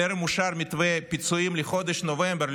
וטרם אושר מתווה פיצויים לחודש נובמבר,